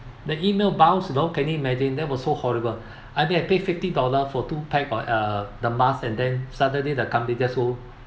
the email bounds you know can you imagine that was so horrible I think I pay fifty dollar for two pack or uh the mask and then suddenly the company just so